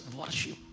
worship